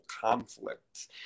conflict